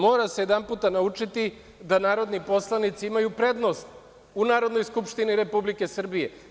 Molim vas jedanput naučite da narodni poslanici imaju prednost u Narodnoj skupštini Republike Srbije.